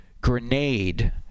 grenade